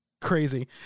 crazy